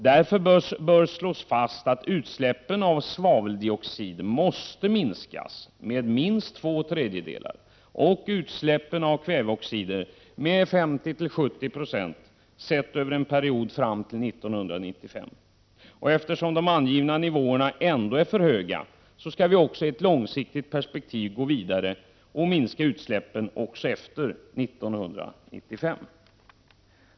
Därför bör det slås fast att utsläppen av svaveldioxid måste minskas med minst två tredjedelar och utsläppen av kväveoxider med 50-70 90 fram till 1995. Eftersom de angivna nivåerna ändå är för höga, skall vi i ett långsiktigt perspektiv gå vidare och minska utsläppen också efter 1995.